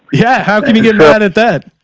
yeah. how can we get mad at that?